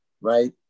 right